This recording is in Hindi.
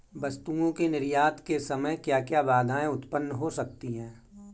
वस्तुओं के निर्यात के समय क्या क्या बाधाएं उत्पन्न हो सकती हैं?